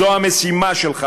זו המשימה שלך,